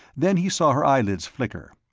then he saw her eye-lids flicker.